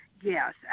Yes